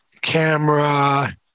camera